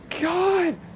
God